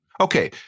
Okay